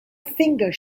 finger